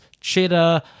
Cheddar